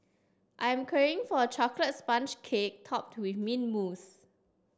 I am craving for a chocolate sponge cake topped with mint mousse